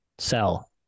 sell